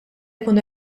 jkun